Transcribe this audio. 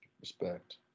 Respect